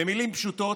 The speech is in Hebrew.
במילים פשוטות,